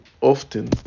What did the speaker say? often